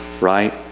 right